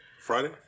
Friday